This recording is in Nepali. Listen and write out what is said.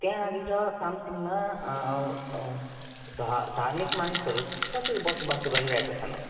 त्यहाँनिर सामसिङमा धार्मिक मानिसहरू कसरी बसोबासो गरिरहेका छन् होला